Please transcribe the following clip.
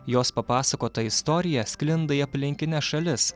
jos papasakota istorija sklinda į aplinkines šalis